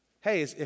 Hey